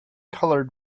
colored